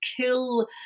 kill